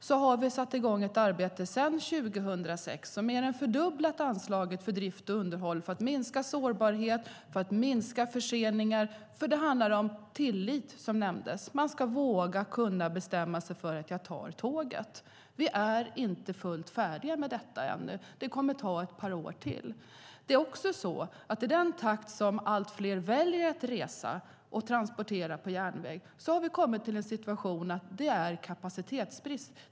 Sedan 2006 har vi mer än fördubblat anslaget till drift och underhåll för att minska sårbarheten och förseningarna. Det handlar om tillit, som nämndes. Man ska våga bestämma sig för att ta tåget. Vi är inte fullt färdiga med detta ännu. Det kommer att ta ett par år till. Eftersom allt fler väljer att resa och transportera på järnväg har det uppstått kapacitetsbrist.